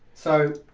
so,